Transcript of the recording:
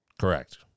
Correct